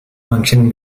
function